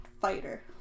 fighter